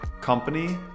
company